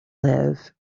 live